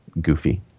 goofy